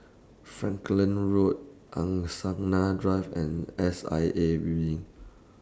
Falkland Road Angsana Drive and S I A Building